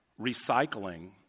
recycling